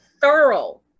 thorough